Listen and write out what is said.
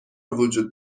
وجود